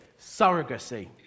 surrogacy